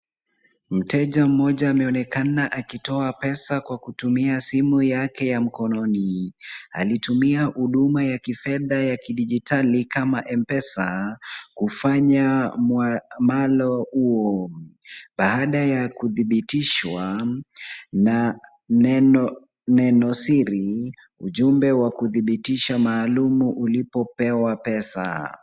Mteja mmoja ameonekana akitoa pesa kwa kutumia simu yake ya mkononi. Alitumia huduma ya kifedha ya kidijitali kama m-pesa kufanya mwamalo huo baada ya kudhibitishwa na neno siri, ujumbe wakudhibitisha maalumu ulipopewa pesa.